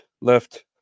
Left